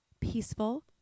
peaceful